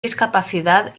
discapacidad